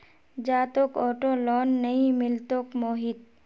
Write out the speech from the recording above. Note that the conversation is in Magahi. जा, तोक ऑटो लोन नइ मिलतोक मोहित